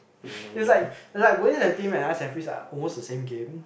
it's like like police and thief and ice and freeze are almost the same game